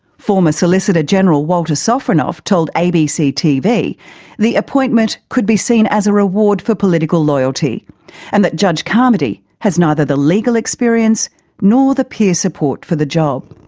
former solicitor general walter sofronoff told abc tv the appointment could be seen as a reward for political loyalty and that judge carmody has neither the legal experience nor the peer support for the job.